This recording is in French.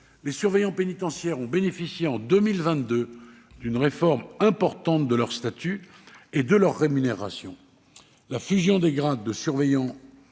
Les surveillants pénitentiaires ont de plus bénéficié en 2022 d'une réforme importante de leur statut et de leur rémunération. La fusion des grades de surveillant et de